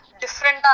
different